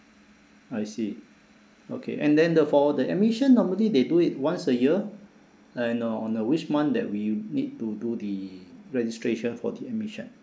I see okay and then the for the admission normally they do it once a year and uh on uh which month that we need to do the registration for the admission